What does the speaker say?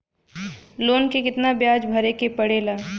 Loan के कितना ब्याज भरे के पड़े ला?